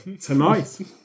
tonight